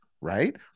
right